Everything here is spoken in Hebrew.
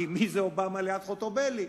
כי מי זה אובמה ליד חוטובלי.